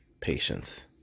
Patience